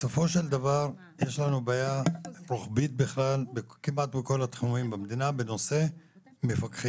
בסופו של דבר יש לנו בעיה רוחבית כמעט בכל התחומים במדינה בנושא מפקחים,